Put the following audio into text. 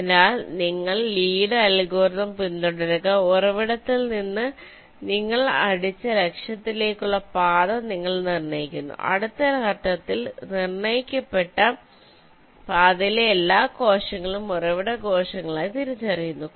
അതിനാൽ നിങ്ങൾ ലീയുടെ അൽഗോരിതംLees algorithm പിന്തുടരുക ഉറവിടത്തിൽ നിന്ന് നിങ്ങൾ അടിച്ച ലക്ഷ്യത്തിലേക്കുള്ള പാത നിങ്ങൾ നിർണ്ണയിക്കുന്നു അടുത്ത ഘട്ടത്തിൽ നിർണ്ണയിക്കപ്പെട്ട പാതയിലെ എല്ലാ കോശങ്ങളും ഉറവിട കോശങ്ങളായി തിരിച്ചറിയുന്നു